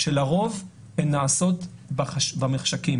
שלרוב הן נעשות במחשכים.